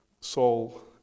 soul